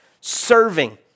serving